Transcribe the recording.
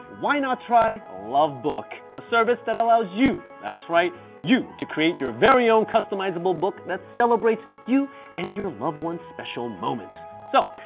why not try lovebook, a service that allows you, that's right you, to create your very own customizable book that celebrates you and your loved one's special moments. so,